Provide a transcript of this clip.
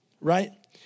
right